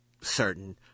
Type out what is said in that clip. certain